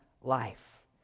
life